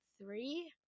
three